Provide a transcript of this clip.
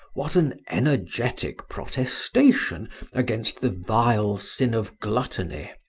what an energetic protestation against the vile sin of gluttony,